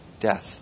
death